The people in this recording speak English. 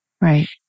Right